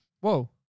Whoa